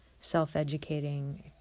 self-educating